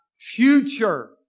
future